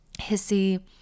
hissy